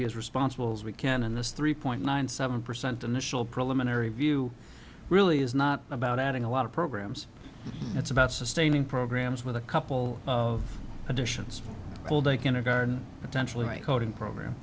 be as responsible as we can in this three point nine seven percent initial preliminary view really is not about adding a lot of programs it's about sustaining programs with a couple of additions all day kindergarten potentially recording program